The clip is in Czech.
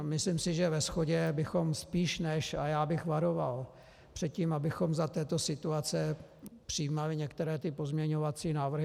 Myslím si, že ve shodě bychom spíš než a já bych varoval před tím, abychom za této situace přijímali některé pozměňovací návrhy.